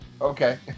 Okay